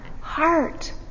heart